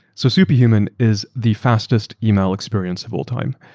so superhuman is the fastest email experience of all time.